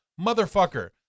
motherfucker